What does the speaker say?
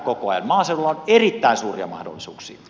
maaseudulla on erittäin suuria mahdollisuuksia